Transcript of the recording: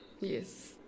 Yes